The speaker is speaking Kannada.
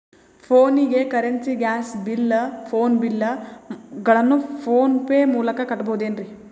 ಫೋನಿಗೆ currency, gas bill, phone bill ಗಳನ್ನು ಫೋನ್ ಪೇ ಮೂಲಕ ಕಟ್ಟಬಹುದೇನ್ರಿ?